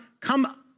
come